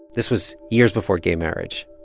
this was years before gay marriage.